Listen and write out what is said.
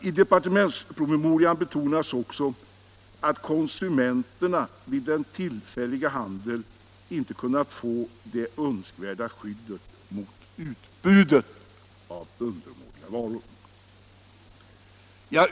I departementspromemorian betonas också att konsumenterna vid den tillfälliga handeln inte har kunnat få det önskvärda skyddet mot utbud av undermåliga varor.